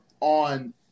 on